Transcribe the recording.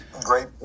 Great